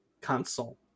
console